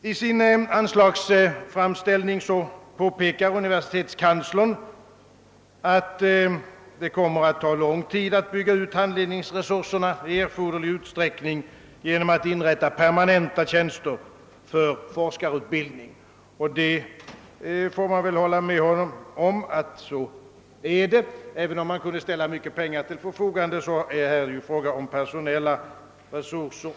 oI sin framställning påpekar universitetskanslern, att det kommer att ta lång tid att bygga ut handledningsresurserna i erforderlig utsträckning genom inrättande av permanenta tjänster för forskarutbildning, och man får väl hålla med honom om att så är fallet. även om man kunde ställa mycket pengar till förfogande, gäller det ju också personella resurser.